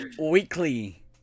weekly